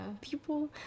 people